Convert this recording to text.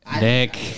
Nick